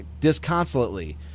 disconsolately